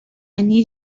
need